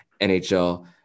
NHL